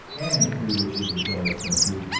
and the three wishes which always come true,